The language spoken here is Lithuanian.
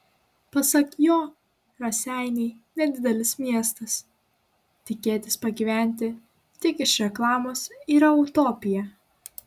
pasak jo raseiniai nedidelis miestas tikėtis pragyventi tik iš reklamos yra utopija